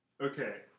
Okay